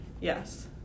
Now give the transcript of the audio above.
yes